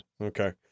Okay